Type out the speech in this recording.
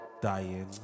Dying